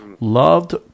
Loved